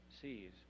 sees